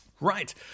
Right